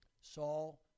Saul